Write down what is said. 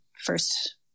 first